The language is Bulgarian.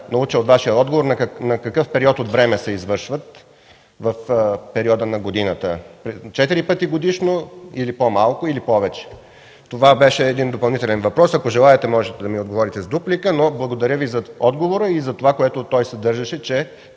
разбера от Вашия отговор на какъв период от време се извършват в периода на годината – четири пъти годишно, по-малко или повече? Това е допълнителен въпрос. Ако желаете, можете да ми отговорите с дуплика. Благодаря Ви за отговора и за това, което той съдържаше – че